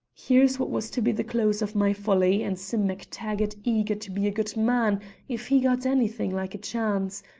here's what was to be the close of my folly, and sim mactaggart eager to be a good man if he got anything like a chance,